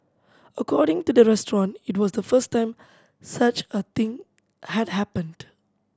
according to the restaurant it was the first time such a thing had happened